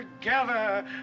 together